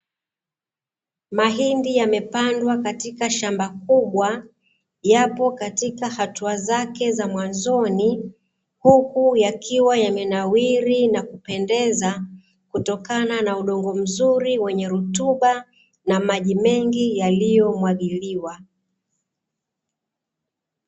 Mahindi yamepandwa katika shamba kubwa yapo katika hatua zake za mwanzoni, huku yakiwa yamenawiri na kupendeza kutokana na udongo mzuri wenye rutuba na maji mengi yaliyomwagiliwa.